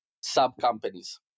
sub-companies